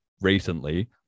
recently